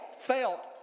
felt